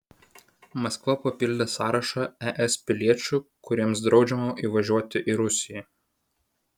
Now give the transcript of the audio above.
maskva papildė sąrašą es piliečių kuriems draudžiama įvažiuoti į rusiją